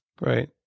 Right